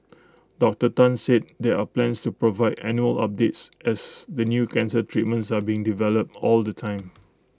Doctor Tan said there are plans to provide annual updates as the new cancer treatments are being developed all the time